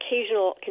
occasional